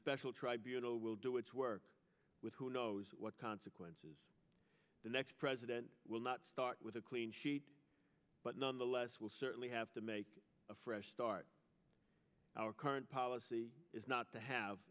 special tribunal will do its work with who knows what consequences the next president will not start with a clean sheet but nonetheless will certainly have to make a fresh start our current policy is not to have